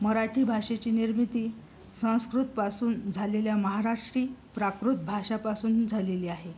मराठी भाषेची निर्मिती संस्कृतपासून झालेल्या महाराष्ट्री प्राकृत भाषापासून झालेली आहे